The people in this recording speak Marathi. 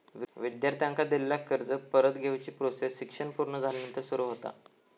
विद्यार्थ्यांका दिलेला कर्ज परत घेवची प्रोसेस शिक्षण पुर्ण झाल्यानंतर सुरू होता